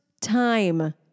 time